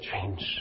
change